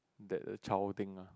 that a child thing ah